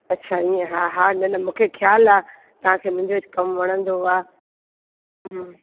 अच्छा ईअं हा हा न न मूंखे ख़्याल आहे तव्हांखे मुंहिंजो कम वणंदो आहे हूं